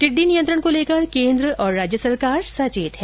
टिड्डी नियंत्रण को लेकर केन्द्र और राज्य सरकार सचेत हैं